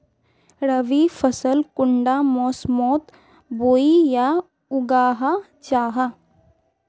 रवि फसल कुंडा मोसमोत बोई या उगाहा जाहा?